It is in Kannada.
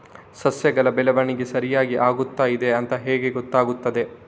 ಸಸ್ಯಗಳ ಬೆಳವಣಿಗೆ ಸರಿಯಾಗಿ ಆಗುತ್ತಾ ಇದೆ ಅಂತ ಹೇಗೆ ಗೊತ್ತಾಗುತ್ತದೆ?